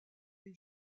des